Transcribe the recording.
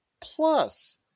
Plus